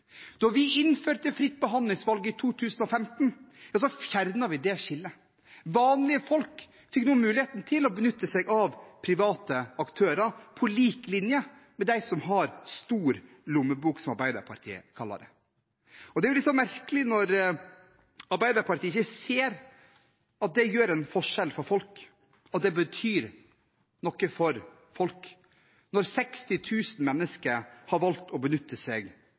Da vi innførte fritt behandlingsvalg i 2015, fjernet vi det skillet. Vanlige folk fikk nå muligheten til å benytte seg av private aktører – på lik linje med dem som har stor lommebok, som Arbeiderpartiet kaller det. Det er litt merkelig at Arbeiderpartiet ikke ser at det gjør en forskjell for folk, at det betyr noe for folk når 60 000 mennesker har valgt å benytte seg